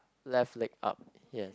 left leg up yes